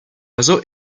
réseau